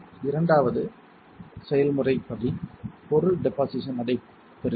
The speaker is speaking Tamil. இரண்டாவது செயல்முறை படி பொருள் டெபொசிஷன் நடைபெறுகிறது